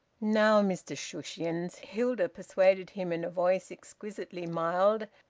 now, mr shushions, hilda persuaded him in a voice exquisitely mild,